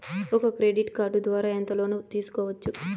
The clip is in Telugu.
ఒక క్రెడిట్ కార్డు ద్వారా ఎంత లోను తీసుకోవచ్చు?